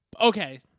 Okay